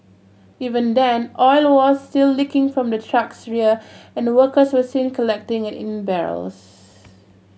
even then oil was still leaking from the truck's rear and workers were seen collecting it in barrels